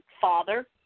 father